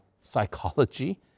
psychology